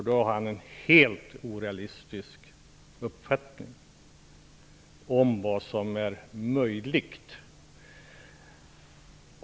Då har han en helt orealistisk uppfattning om vad som är möjligt.